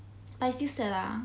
I still sad lah